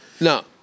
no